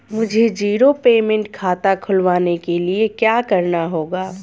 मुझे zero payment खाता खुलवाने के लिए क्या करना होगा?